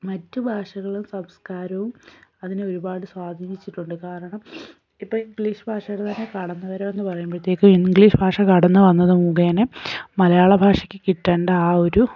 മറ്റ് ഭാഷകളും സംസ്കാരവും അതിന് ഒരുപാട് സ്വാധീനിച്ചിട്ടുണ്ട് കാരണം ഇപ്പം ഇംഗ്ലീഷ് ഭാഷകളുടെ കടന്ന് വരവ് എന്ന് പറയുമ്പഴത്തേക്കും ഇംഗ്ലീഷ് ഭാഷ കടന്ന് വന്നത് മുഖേനെ മലയാള ഭാഷയ്ക്ക് കിട്ടേണ്ട ആ ഒരു